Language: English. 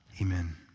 Amen